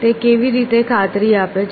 તે કેવી રીતે ખાતરી આપે છે